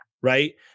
Right